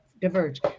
diverge